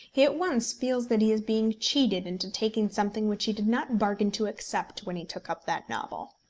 he at once feels that he is being cheated into taking something which he did not bargain to accept when he took up that novel.